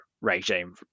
regime